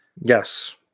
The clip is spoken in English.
Yes